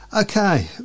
Okay